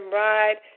ride